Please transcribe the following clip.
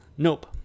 Nope